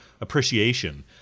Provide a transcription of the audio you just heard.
appreciation